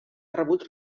rebut